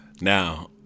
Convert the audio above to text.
Now